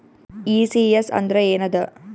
ECS ಅಂದ್ರ ಏನದ?